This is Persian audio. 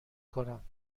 کنم